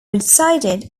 resided